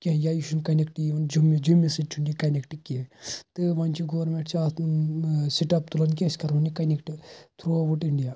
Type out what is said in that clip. کیٚنٛہہ یا یہٕ چھُنہٕ کۄنیٚکٹہٕ یِوان جوٚمِس سٕتی چھُنہٕ یہٕ کۄنیٛکٹہٕ کیٚنٛہہ تہٕ وۄنۍ چھِ گورمیٚنٛٹ چھُ اَتھ ٲں سِٹیٚپ تُلان کہِ أسۍ کَرہون یہٕ کۄنیٚکٹہٕ تھرٛوٗ آوُٹ انٛڈیا